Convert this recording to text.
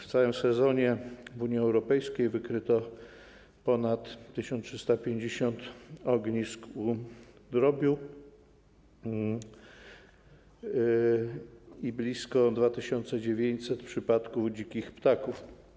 W całym sezonie w Unii Europejskiej wykryto ponad 1350 ognisk u drobiu... [[1368.]] ...i blisko 2900 przypadków u dzikich ptaków.